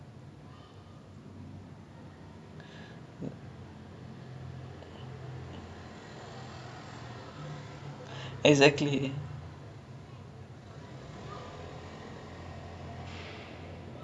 !wah! nice to form friendships like this lah like you never know like this type of people right or like people you get to know in different walks of life they can actually be some of those ya like some of those people you might think are passing clouds but they end up staying with you for like seven nine ten years